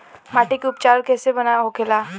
माटी के उपचार कैसे होखे ला?